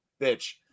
bitch